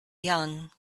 young